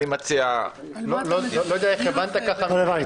אני מציע --- לא יודע איך הבנת ככה ממני,